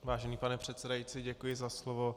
Vážený pane předsedající, děkuji za slovo.